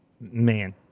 Man